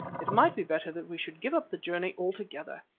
it might be better that we should give up the journey altogether.